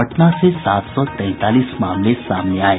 पटना से सात सौ तैंतालीस मामले सामने आये